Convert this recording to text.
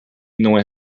annoy